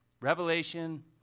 Revelation